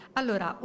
allora